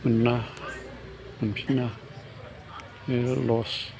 मोना मोनफिना बेबो लस